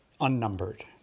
unnumbered